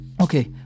okay